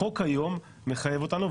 החוק היום מחייב אותנו,